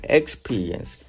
experience